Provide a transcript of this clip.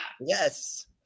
Yes